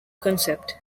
concept